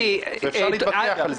הוא תוצאתי, ואפשר להתווכח על זה.